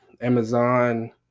amazon